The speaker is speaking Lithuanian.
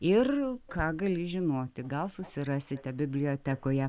ir ką gali žinoti gal susirasite bibliotekoje